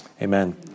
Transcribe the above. Amen